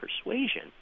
persuasion